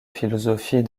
philosophie